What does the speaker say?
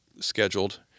scheduled